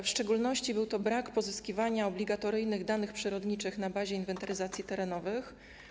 W szczególności był to brak pozyskiwania obligatoryjnych danych przyrodniczych na bazie inwentaryzacji terenowych.